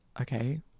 okay